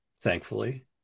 thankfully